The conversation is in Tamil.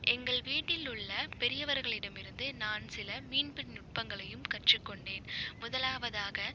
எங்கள் வீட்டில் உள்ள பெரியவர்களிடமிருந்து நான் சில மீன்பிடி நுட்பங்களையும் கற்றுக்கொண்டேன் முதலாவதாக